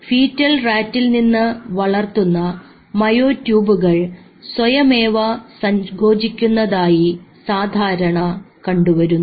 fetal റാറ്റിൽ നിന്ന് വളർത്തുന്ന മയോട്യൂബുകൾ സ്വയമേവ സങ്കോചിക്കുന്നതായി സാധാരണ കണ്ടുവരുന്നു